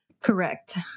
Correct